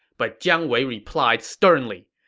but jiang wei replied sternly,